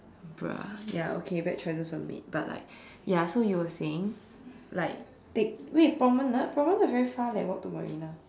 bro ya okay bad choices were made but like ya so you were saying like take wait Promenade Promenade very far leh walk to Marina